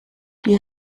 die